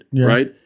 right